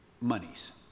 monies